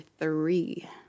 three